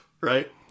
Right